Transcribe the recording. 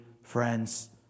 friends